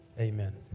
Amen